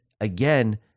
again